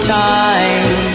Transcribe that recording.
time